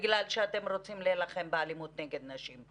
אל תגיד לי בגלל שאתם רוצים להילחם באלימות נגד נשים.